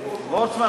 גטאס,